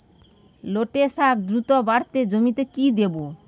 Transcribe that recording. লটে শাখ দ্রুত বাড়াতে জমিতে কি দেবো?